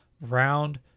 round